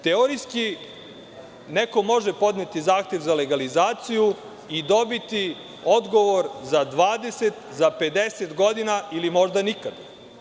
Teorijski, neko može podneti zahtev za legalizaciju i dobiti odgovor za 20, za 50 godina ili možda nikad.